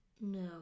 No